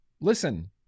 Listen